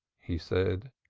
he said,